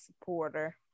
supporter